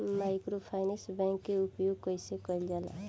Microfinance bank के उपयोग कइसे कइल जाला?